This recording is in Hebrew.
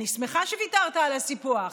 אני שמחה שוויתרת על הסיפוח,